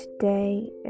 today